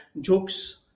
jokes